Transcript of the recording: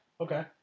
okay